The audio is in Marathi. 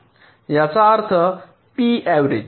याचा अर्थ पी एव्हरेज